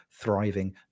thriving